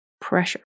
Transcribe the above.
pressure